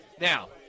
Now